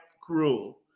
cruel